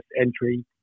entry